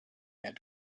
had